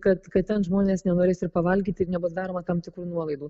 kad kad ten žmonės nenorės ir pavalgyt ir nebus daroma tam tikrų nuolaidų